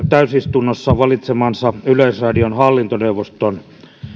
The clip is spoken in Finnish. täysistunnossa valitsemansa yleisradion hallintoneuvoston